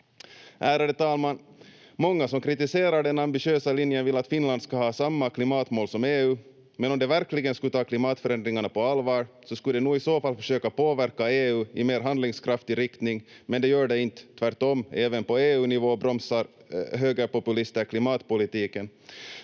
Ärade talman! Många som kritiserar den ambitiösa linjen vill att Finland ska ha samma klimatmål som EU, men om de verkligen skulle ta klimatförändringarna på allvar så skulle de nog i så fall försöka påverka EU i mer handlingskraftig riktning, men det gör de inte. Tvärtom, även på EU-nivå bromsar högerpopulister klimatpolitiken.